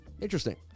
Interesting